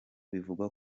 bivugwa